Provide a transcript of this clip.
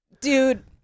Dude